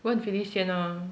问 phyllis 先 lor